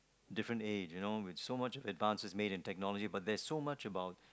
different age you know with some much advances made in technology but there's so much about